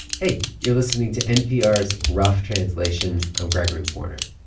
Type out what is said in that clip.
hey. you're listening to npr's rough translation. i'm gregory warner.